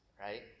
right